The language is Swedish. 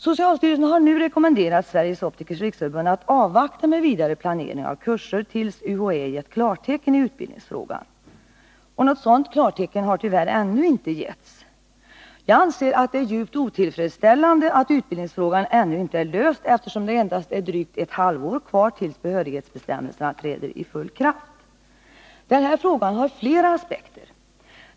Socialstyrelsen har nu rekommenderat Sveriges Optikers riksförbund att avvakta med vidare planering av kurser tills UHÄ har givit klartecken i utbildningsfrågan. Något sådant klartecken har tyvärr inte ännu givits. Jag anser att det är djupt otillfredsställande att utbildningsfrågan ännu inte är löst, eftersom det nu endast är drygt ett halvår kvar tills behörighetsbestämmelserna träder i kraft. Den här frågan har flera aspekter.